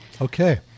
Okay